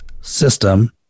system